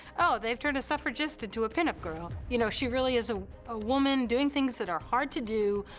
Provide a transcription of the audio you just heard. oh, they've turned a suffragist into a pinup girl. you know, she really is ah a woman doing things that are hard to do,